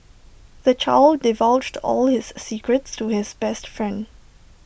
the child divulged all his secrets to his best friend